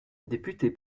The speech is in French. député